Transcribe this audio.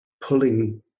pulling